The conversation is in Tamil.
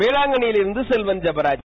வேளாங்கண்ணியிலிருந்து செல்வன் ஜெபராஜ்